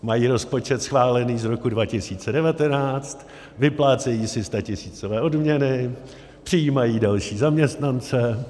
Mají rozpočet schválený z roku 2019, vyplácejí si statisícové odměny, přijímají další zaměstnance.